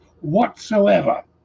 whatsoever